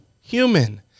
human